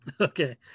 Okay